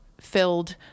filled